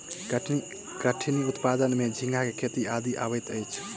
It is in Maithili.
कठिनी उत्पादन में झींगा के खेती आदि अबैत अछि